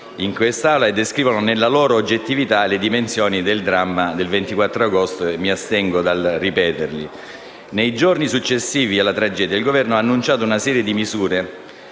ripetere, descrivono nella loro oggettività le dimensioni del dramma del 24 agosto scorso. Nei giorni successivi alla tragedia il Governo ha annunciato una serie di misure,